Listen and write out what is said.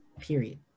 Period